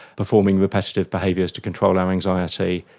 performing repetitive behaviours to control our anxiety,